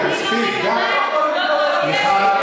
להאשים אותי שאני